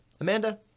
Amanda